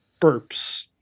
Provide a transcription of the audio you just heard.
burps